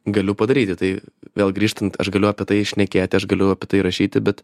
galiu padaryti tai vėl grįžtant aš galiu apie tai šnekėti aš galiu apie tai rašyti bet